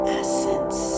essence